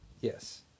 Yes